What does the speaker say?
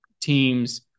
teams